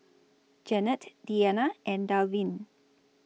Janette Deana and Dalvin